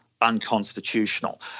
unconstitutional